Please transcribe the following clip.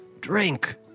drink